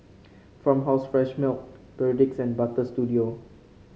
Farmhouse Fresh Milk Perdix and Butter Studio